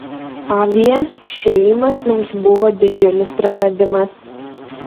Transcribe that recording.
avie išėjimas mums buvo didžiulis praradimas